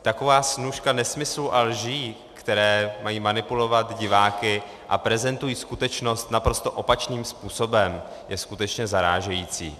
Taková snůška nesmyslů a lží, které mají manipulovat diváky a prezentují skutečnost naprosto opačným způsobem, je skutečně zarážející.